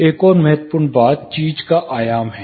एक और महत्वपूर्ण बात चीज का आयाम है